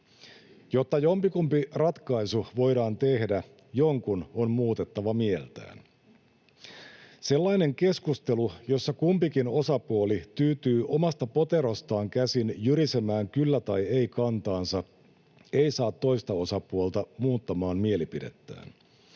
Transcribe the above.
Jotta jompikumpi ratkaisu voidaan tehdä, jonkun on muutettava mieltään. Sellainen keskustelu, jossa kumpikin osapuoli tyytyy omasta poterostaan käsin jyrisemään kyllä‑ tai ei-kantaansa, ei saa toista osapuolta muuttamaan mielipidettään